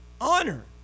Honor